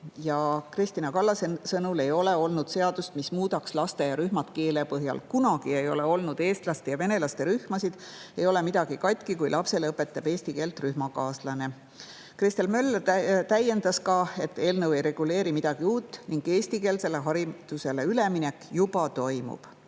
Kristina Kallase sõnul ei ole olnud seadust, mis [moodustaks] lasteaiarühmad keele põhjal. Kunagi ei ole olnud eestlaste ja venelaste rühmasid ning ei ole midagi katki, kui lapsele õpetab eesti keelt rühmakaaslane. Kristel Möller täiendas, et eelnõu ei reguleeri midagi uut ning eestikeelsele haridusele üleminek juba toimub.